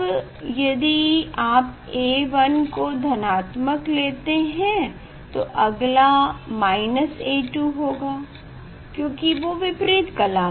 अब यदि आप A1 को धनात्मक लेते हैं तो अगला A2 होगा क्योकि वो विपरीत कला मे हैं